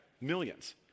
Millions